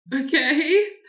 Okay